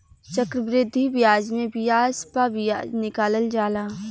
चक्रवृद्धि बियाज मे बियाज प बियाज निकालल जाला